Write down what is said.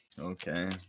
Okay